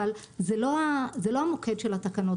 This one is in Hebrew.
אבל זה לא המוקד של התקנות.